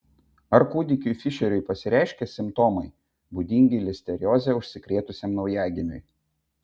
ar kūdikiui fišeriui pasireiškė simptomai būdingi listerioze užsikrėtusiam naujagimiui